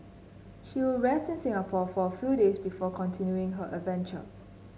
she will rest in Singapore for a few days before continuing her adventure